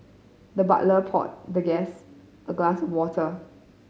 the butler poured the guest a glass of water